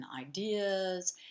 ideas